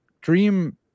dream